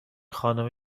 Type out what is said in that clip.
خانم